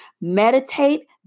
meditate